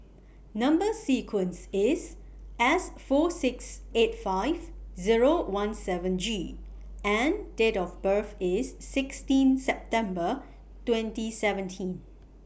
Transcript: Number sequence IS S four six eight five Zero one seven G and Date of birth IS sixteen September twenty seventeen